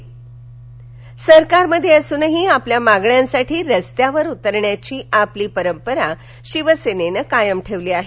शिवसेना सरकार मध्ये असुनही आपल्या मागण्यांसाठी रस्त्यावर उतरण्याची आपली परंपरा शिवसेनेनं कायम ठेवली आहे